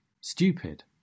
stupid